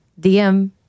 DM